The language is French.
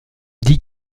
dit